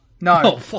No